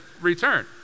Return